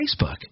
Facebook